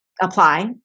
apply